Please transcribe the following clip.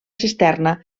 cisterna